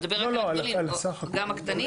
לא, על סך הכול.